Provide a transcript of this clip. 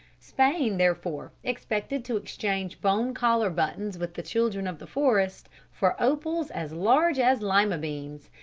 spain, therefore, expected to exchange bone collar-buttons with the children of the forest for opals as large as lima beans,